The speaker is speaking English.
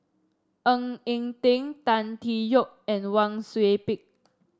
Ng Eng Teng Tan Tee Yoke and Wang Sui Pick